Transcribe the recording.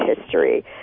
history